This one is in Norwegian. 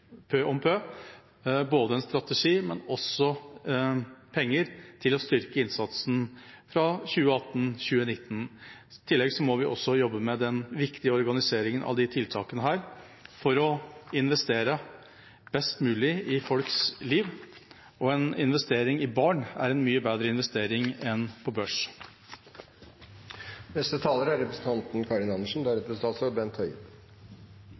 både en strategi og penger til å styrke innsatsen fra 2018/2019. I tillegg må vi også jobbe med den viktige organiseringen av disse tiltakene for å investere best mulig i folks liv. En investering i barn er mye bedre enn en investering på børs. SV mener det er